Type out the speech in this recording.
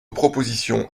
proposition